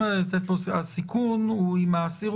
כן.